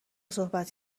صحبت